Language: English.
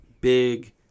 big